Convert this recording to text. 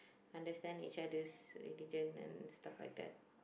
understand each others religion and stuff like that